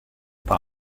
par